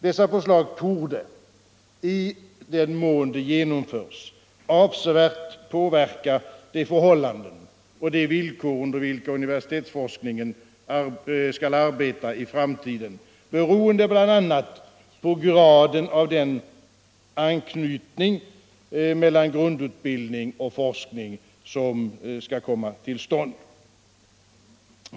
Dess förslag torde, i den mån de genomförs, avsevärt påverka de förhållanden och de villkor under vilka universitetsforskningen skall arbeta i framtiden, beroende bl.a. på graden av den anknytning mellan grundutbildning och forskning som skall åvägabringas.